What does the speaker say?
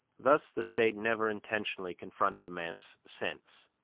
thus the state never intentionally confronts a man's sense,